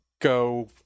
go